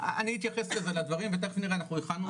אני אתייחס לזה לדברים ותיכף נראה, אנחנו הכנו.